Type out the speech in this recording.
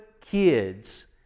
kids